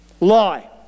Lie